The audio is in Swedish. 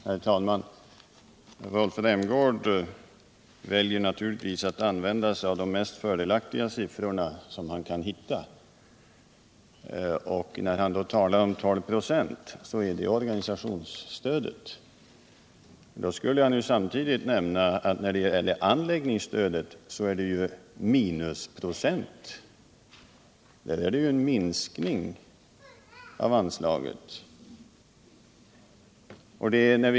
Herr talman! Rolf Rämgård väljer naturligtvis att använda sig av de mest fördelaktiga siffror han kan hitta. Siffran 12 96, som han nämnde, avser organisationsstödet. Han borde då samtidigt nämna att anläggningsstödet i årets budget minskas.